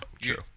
true